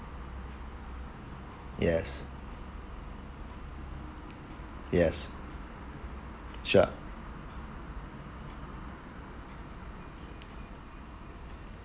yes yes sure